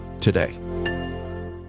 today